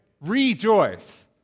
Rejoice